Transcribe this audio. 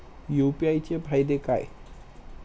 UPI चे फायदे काय?